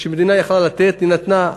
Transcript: כשהמדינה יכלה לתת היא נתנה,